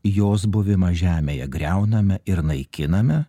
jos buvimą žemėje griauname ir naikiname